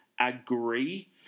agree